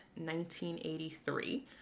1983